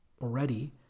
already